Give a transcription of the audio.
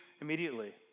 immediately